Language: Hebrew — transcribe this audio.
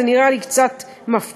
זה נראה לי קצת מפתיע.